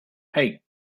hey